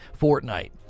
fortnite